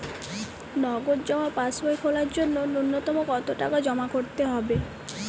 নগদ জমা পাসবই খোলার জন্য নূন্যতম কতো টাকা জমা করতে হবে?